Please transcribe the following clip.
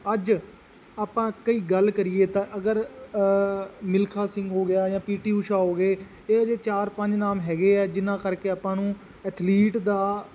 ਅੱਜ ਆਪਾਂ ਕਈ ਗੱਲ ਕਰੀਏ ਤਾਂ ਅਗਰ ਮਿਲਖਾ ਸਿੰਘ ਹੋ ਗਿਆ ਜਾਂ ਪੀ ਟੀ ਊਸ਼ਾ ਹੋ ਗਏ ਇਹ ਜਿਹੇ ਚਾਰ ਪੰਜ ਨਾਮ ਹੈਗੇ ਆ ਜਿਨ੍ਹਾਂ ਕਰਕੇ ਆਪਾਂ ਨੂੰ ਐਥਲੀਟ ਦਾ